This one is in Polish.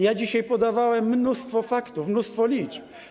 Ja dzisiaj podawałem mnóstwo faktów, mnóstwo liczb.